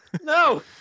no